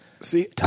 see